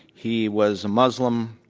he was a muslim.